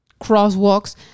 crosswalks